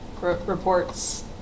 reports